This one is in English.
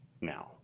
now